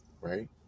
right